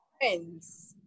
friends